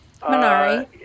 Minari